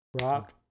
rock